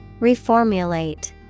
Reformulate